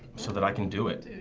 so that i can do it.